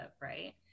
Right